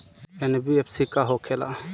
NBFC का होंखे ला?